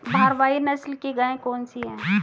भारवाही नस्ल की गायें कौन सी हैं?